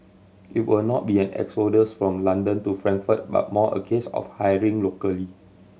it will not be an exodus from London to Frankfurt but more a case of hiring locally